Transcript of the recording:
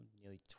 nearly